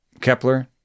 Kepler